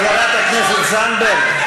חברת הכנסת זנדברג,